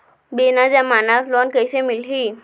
बिना जमानत लोन कइसे मिलही?